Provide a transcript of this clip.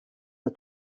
the